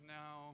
now